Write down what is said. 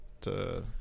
to-